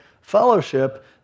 fellowship